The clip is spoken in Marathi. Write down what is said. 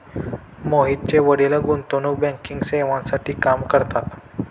मोहितचे वडील गुंतवणूक बँकिंग सेवांसाठी काम करतात